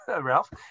ralph